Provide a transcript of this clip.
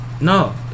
No